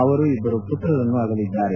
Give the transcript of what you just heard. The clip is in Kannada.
ಅವರು ಇಬ್ಲರು ಪುತ್ರರನ್ನು ಅಗಲಿದ್ದಾರೆ